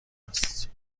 است